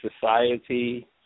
society